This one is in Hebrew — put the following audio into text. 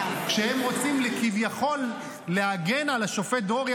כשהם רוצים כביכול להגן על השופט דרורי,